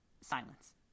Silence